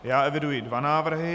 Já eviduji dva návrhy.